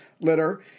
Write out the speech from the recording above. litter